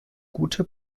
gute